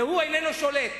והוא איננו שולט.